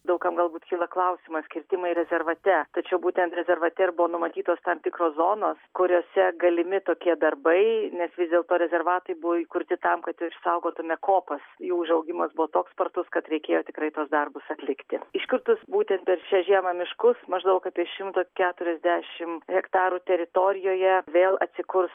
daug kam galbūt kyla klausimas kirtimai rezervate tačiau būtent rezervate ir buvo numatytos tam tikros zonos kuriose galimi tokie darbai nes vis dėlto rezervatai buvo įkurti tam kad išsaugotume kopas jų užaugimas buvo toks spartus kad reikėjo tikrai tuos darbus atlikti iškirtus būtent per šią žiemą miškus maždaug apie šimto keturiasdešim hektarų teritorijoje vėl atsikurs